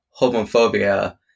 homophobia